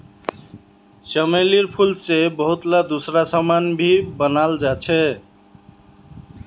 चमेलीर फूल से बहुतला दूसरा समान भी बनाल जा छे